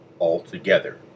altogether